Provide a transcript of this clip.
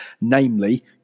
namely